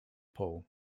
paul